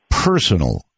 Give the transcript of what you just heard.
Personal